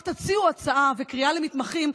רק תציעו הצעה וקריאה למתמחים,